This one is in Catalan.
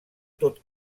tot